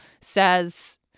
says